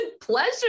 pleasure